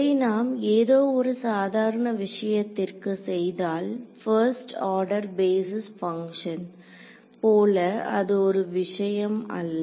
இதை நாம் ஏதோ ஒரு சாதாரண விஷயத்திற்கு செய்தால் பஸ்ட் ஆர்டர் பேஸிஸ் பங்க்ஷன் போல அது ஒரு விஷயம் அல்ல